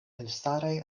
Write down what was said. elstaraj